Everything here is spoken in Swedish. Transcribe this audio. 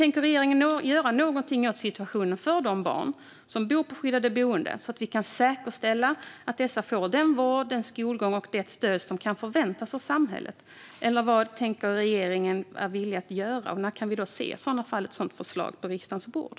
Tänker regeringen göra någonting åt situationen för de barn som bor på skyddat boende så att vi kan säkerställa att dessa får den vård, den skolgång och det stöd som kan förväntas av samhället, eller vad är regeringen villig att göra? När kan vi i så fall se ett sådant förslag på riksdagens bord?